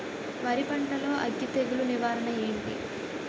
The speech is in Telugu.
వరి పంటలో అగ్గి తెగులు నివారణ ఏంటి?